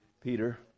Peter